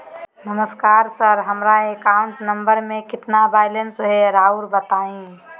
नमस्कार सर हमरा account number में कितना बैलेंस हेई राहुर बताई?